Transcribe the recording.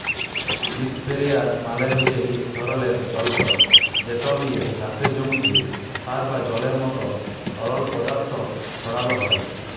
ইসপেরেয়ার মালে হছে ইক ধরলের জলতর্ যেট লিয়ে চাষের জমিতে সার বা জলের মতো তরল পদাথথ ছড়ালো হয়